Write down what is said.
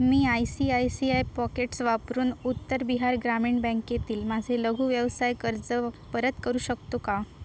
me I C I C I pockets वापरून उत्तर बिहार ग्रामीण बँकेतील माझे लघु व्यवसाय कर्ज परत करू शकतो का